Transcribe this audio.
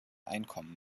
einkommen